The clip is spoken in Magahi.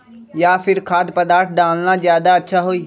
या फिर खाद्य पदार्थ डालना ज्यादा अच्छा होई?